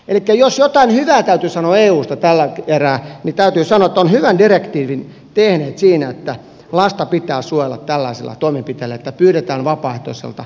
elikkä jos jotain hyvää täytyy sanoa eusta tällä erää niin täytyy sanoa että ovat hyvän direktiivin tehneet siinä että lasta pitää suojella tällaisilla toimenpiteillä että pyydetään vapaaehtoiselta rikosrekisteriote